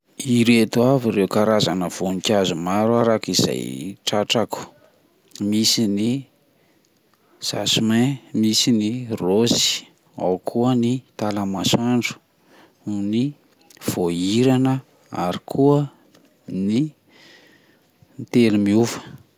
Ireto avy ireo karazana voninkazo maro arak'izay tratrako misy ny jasmin, misy ny rôsy, ao koa ny talamasoandro, ny voahirana ,ary koa ny telo miova.